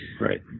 Right